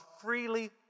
freely